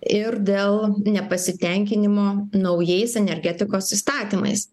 ir dėl nepasitenkinimo naujais energetikos įstatymais